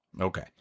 Okay